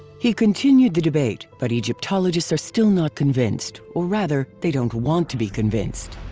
he continued the debate, but egyptologists are still not convinced, or rather, they don't want to be convinced.